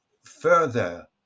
further